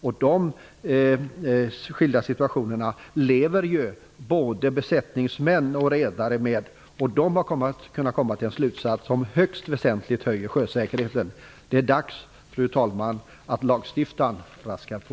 Dessa skilda situationer lever ju både besättningsmän och redare med. De bör kunna komma till en slutsats som väsentligt höjer sjösäkerheten. Det är dags, fru talman, att lagstiftarna raskar på.